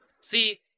See